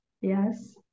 Yes